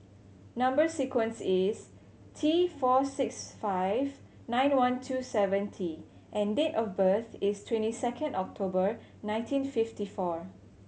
number sequence is T four six five nine one two seven T and date of birth is twenty second October nineteen fifty four